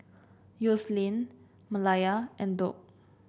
Yoselin Malaya and Doug